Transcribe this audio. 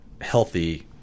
healthy